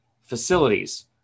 facilities